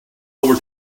over